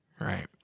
Right